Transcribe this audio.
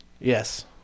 Yes